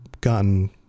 gotten